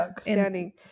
standing